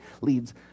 leads